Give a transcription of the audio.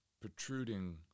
protruding